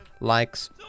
likes